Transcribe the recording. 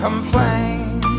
complain